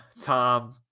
Tom